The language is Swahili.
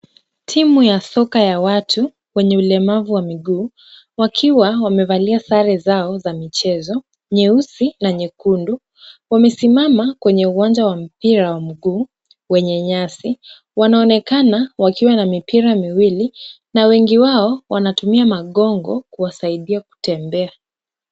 Timu ya soka ya watu wenye ulemavu wa miguu, wakiwa wamevalia sare zao za michezo, nyeusi na nyekundu. Wamesimama kwenye uwanja wa mpira wa mguu wenye nyasi. Wanaonekana wakiwa na mipira miwili na wengi wao wanatumia magongo kuwasaidia kutembea.